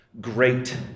great